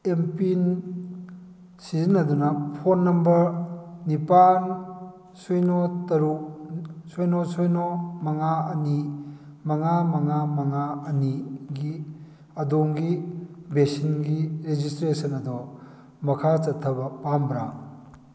MPIN ꯁꯤꯖꯤꯟꯅꯗꯨꯅ phone number ꯅꯤꯄꯥꯜ ꯁꯤꯅꯣ ꯇꯔꯨꯛ ꯁꯤꯅꯣ ꯁꯤꯅꯣ ꯃꯉꯥ ꯑꯅꯤ ꯃꯉꯥ ꯃꯉꯥ ꯃꯉꯥ ꯑꯅꯤꯒꯤ ꯑꯗꯣꯝꯒꯤ ꯚꯦꯛꯁꯤꯟꯒꯤ ꯔꯦꯖꯤꯁꯇ꯭ꯔꯁꯟ ꯑꯗꯣ ꯃꯈꯥ ꯆꯠꯊꯕ ꯄꯥꯝꯕ꯭ꯔꯥ